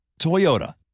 Toyota